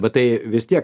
bet tai vis tiek